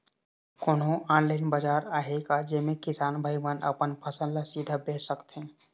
कोन्हो ऑनलाइन बाजार आहे का जेमे किसान भाई मन अपन फसल ला सीधा बेच सकथें?